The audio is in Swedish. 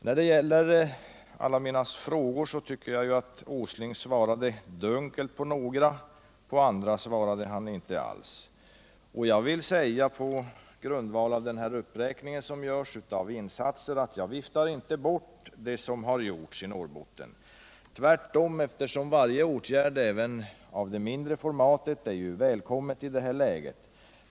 När det gäller alla mina frågor tycker jag att Nils Åsling har svarat dunkelt på några, på andra svarar han inte alls. Jag viftar inte bort de insatser som nu görs i Norrbotten. Tvärtom, eftersom varje åtgärd även av det mindre att upprätthålla sysselsättningen Norrbotten i formatet är välkommen i detta läge.